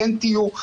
כן תהיו.